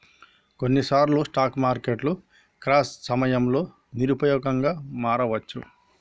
కొన్నిసార్లు స్టాక్ మార్కెట్లు క్రాష్ సమయంలో నిరుపయోగంగా మారవచ్చు